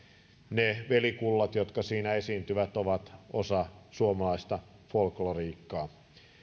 ne velikullat jotka siinä esiintyvät ovat osa suomalaista folklorea